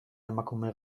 emakume